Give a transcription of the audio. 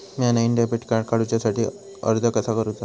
म्या नईन debit card काडुच्या साठी अर्ज कसा करूचा?